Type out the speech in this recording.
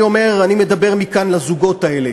אני מדבר מכאן לזוגות האלה.